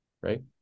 right